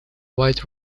wide